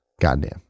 Goddamn